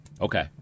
Okay